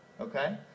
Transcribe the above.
okay